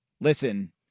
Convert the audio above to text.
Listen